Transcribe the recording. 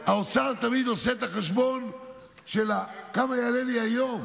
האוצר תמיד עושה את החשבון של כמה זה יעלה לי היום,